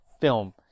film